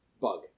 bug